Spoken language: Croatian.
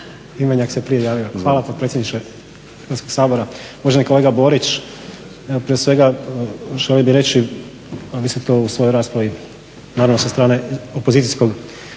Imenjak se prije javio. Hvala potpredsjedniče Hrvatskog sabora, uvaženi kolega Borić. Evo prije svega želio bih reći a vi ste to u svojoj raspravi naravno sa strane opozicijskog